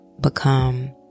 become